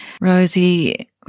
Rosie